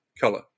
color